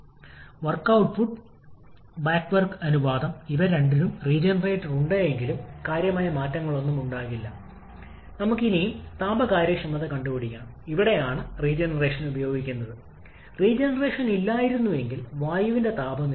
തീർച്ചയായും ഈ സാഹചര്യത്തിൽ ബാക്ക് വർക്ക് അനുപാതം ചെറുതാണെങ്കിലും പ്രായോഗിക സന്ദർഭങ്ങളിൽ ബാക്ക് വർക്ക് അനുപാതം 40 50 60 വരെയാകാം